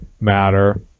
matter